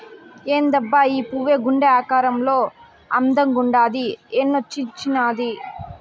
ఏందబ్బా ఈ పువ్వు గుండె ఆకారంలో అందంగుండాది ఏన్నించొచ్చినాది